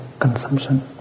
consumption